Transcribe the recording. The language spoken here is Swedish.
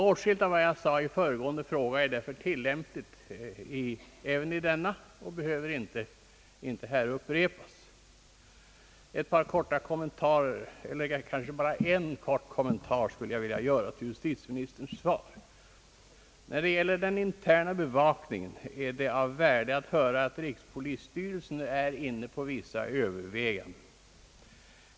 Åtskilligt av vad jag sade i föregående fråga är tillämpligt även i denna och behöver inte här upprepas. En kort kommentar skulle jag dock vilja göra till justitieministerns svar. När det gäller den interna bevakningen är det av värde att höra, att rikspolisstyrelsen är inne på vissa Ööverväganden.